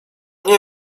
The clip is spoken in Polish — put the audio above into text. nie